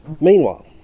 Meanwhile